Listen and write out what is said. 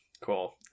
cool